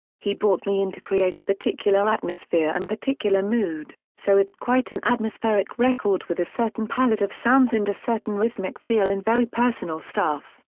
he brought me in to create a particular particular atmosphere and particular mood, so it's quite an atmospheric record with a certain palate of sounds and a certain rhythmic feel and very personal stuff.